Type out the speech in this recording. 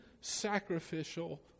sacrificial